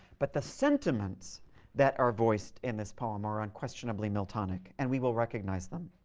but the sentiments that are voiced in this poem are unquestionably miltonic, and we will recognize them.